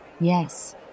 Yes